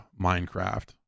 Minecraft